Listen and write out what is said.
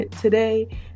today